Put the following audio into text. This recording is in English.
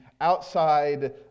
outside